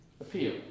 appeal